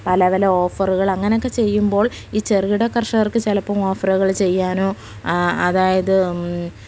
പല പല ഓഫറുകൾ അങ്ങനൊക്കെ ചെയ്യുമ്പോൾ ഈ ചെറുകിട കർഷകർക്ക് ചിലപ്പം ഓഫറുകൾ ചെയ്യാനും അതായത്